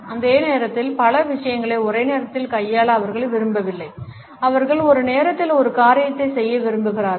அதே நேரத்தில் பல விஷயங்களை ஒரே நேரத்தில் கையாள அவர்கள் விரும்பவில்லை அவர்கள் ஒரு நேரத்தில் ஒரு காரியத்தைச் செய்ய விரும்புகிறார்கள்